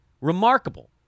Remarkable